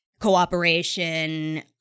cooperation